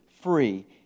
free